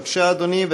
בבקשה אדוני,